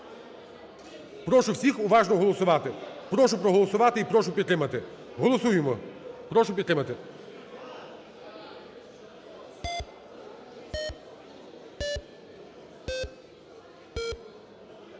Прошу всіх уважно голосувати. Прошу проголосувати і прошу підтримати. Голосуємо. Прошу підтримати.